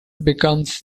becomes